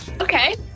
okay